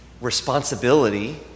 responsibility